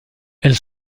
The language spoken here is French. elle